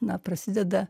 na prasideda